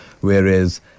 Whereas